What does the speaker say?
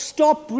Stop